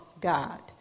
God